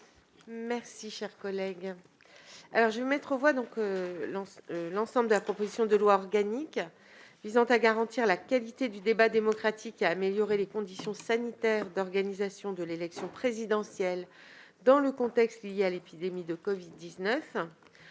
voix, dans le texte de la commission, modifié, l'ensemble de la proposition de loi organique visant à garantir la qualité du débat démocratique et à améliorer les conditions sanitaires d'organisation de l'élection présidentielle dans le contexte lié à l'épidémie de covid-19.